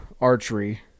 Archery